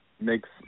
makes